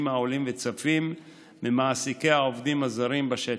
העולים וצפים למעסיקי העובדים הזרים בשטח.